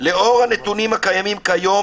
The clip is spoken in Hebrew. לאור הנתונים הקיימים כיום,